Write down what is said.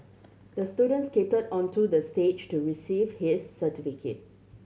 the student skated onto the stage to receive his certificate